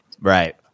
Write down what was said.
Right